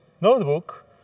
notebook